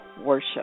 worship